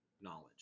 knowledge